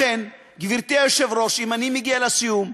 לכן, גברתי היושבת-ראש, אם אני מגיע לסיום,